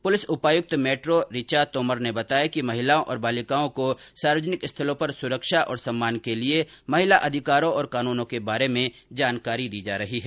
police उपायुक्त metro Richa Tomar ने बताया कि महिलाओं और बालिकाओं को सार्वजनिक स्थलों पर सुरक्षा और सम्मान के लिए महिला अधिकारों और कानूनों के बारे में जानकारी दी जा रही है